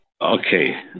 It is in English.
Okay